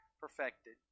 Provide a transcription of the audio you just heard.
perfected